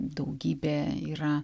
daugybė yra